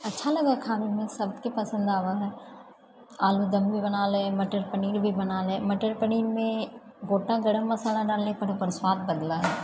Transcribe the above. अच्छा लगै हैय खावैमे सबकेँ पसन्द आवऽ हैय आलू दम भी बना लै हैय मटर पनीर भी बना लै मटर पनीरमे गोटा गरम मसाला डाललाके बाद ओकर स्वाद बदलै हैय